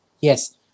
Yes